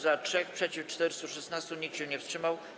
Za - 3, przeciw - 416, nikt się nie wstrzymał.